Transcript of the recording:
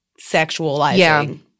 sexualizing